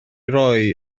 roi